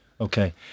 Okay